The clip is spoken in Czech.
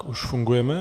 Už fungujeme?